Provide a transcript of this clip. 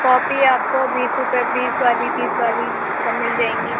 copy آپ کو بیس روپے بیس والی تیس والی سب مل جائیں گی